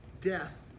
death